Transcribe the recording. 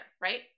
right